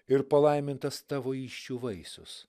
ir palaimintas tavo įsčių vaisius